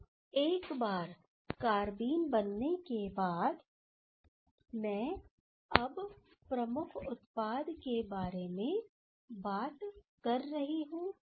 अब एक बार कारबीन बनने के बाद मैं अब प्रमुख उत्पाद के बारे में बात कर रही हूं